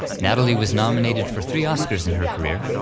natalie was nominated for three oscars in her career,